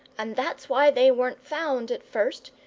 and that's why they weren't found at first.